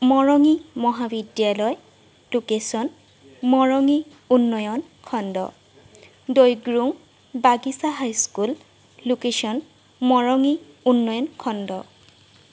মৰঙী মহাবিদ্যালয় লোকেশ্যন মৰঙী উন্নয়ন খণ্ড দৈগ্ৰুং বাগিচা হাই স্কুল লোকেশ্যন মৰঙী উন্নয়ন খণ্ড